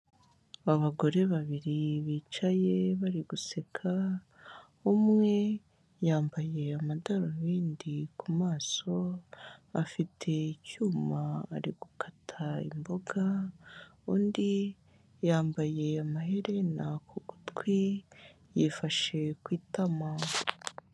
Abagore babiri bicaye bari guseka, umwe yambaye amadarubindi ku maso, afite icyuma ari gukata imboga, undi yambaye amaherena ku gutwi, yifashe ku itama.